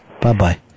Bye-bye